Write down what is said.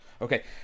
Okay